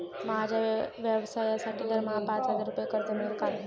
माझ्या व्यवसायासाठी दरमहा पाच हजार रुपये कर्ज मिळेल का?